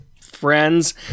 friends